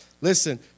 Listen